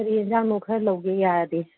ꯀꯔꯤ ꯌꯦꯟꯖꯥꯡꯅꯣ ꯈꯔ ꯂꯧꯒꯦ ꯌꯥꯔꯗꯤ